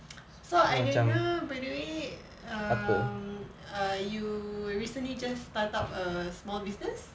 so I dengar by the way err you recently just start up a small business